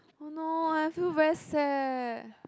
oh no I fell very sad